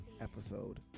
episode